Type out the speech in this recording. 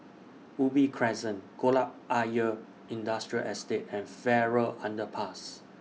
Ubi Crescent Kolam Ayer Industrial Estate and Farrer Underpass